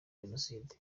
jenoside